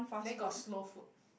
then got slow food